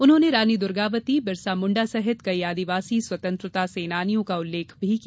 उन्होनें रानी दुर्गावती बिरसा मुण्डा सहित कई आदिवासी स्वतंत्रता सेनानियों का उल्लेख भी किया